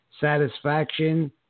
Satisfaction